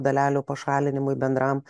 dalelių pašalinimui bendram